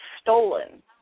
stolen